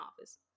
office